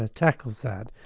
ah tackles that,